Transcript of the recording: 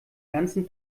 ganzen